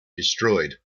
destroyed